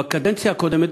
בקדנציה הקודמת,